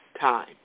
time